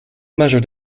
measure